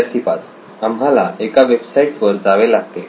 विद्यार्थी 5 आम्हाला एका वेबसाईट वर जावे लागते